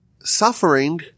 suffering